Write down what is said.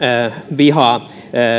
vihaa